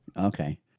Okay